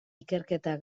ikerketa